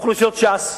אוכלוסיות ש"ס,